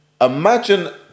imagine